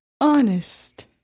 honest